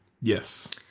yes